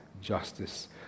justice